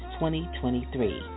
2023